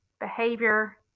behavior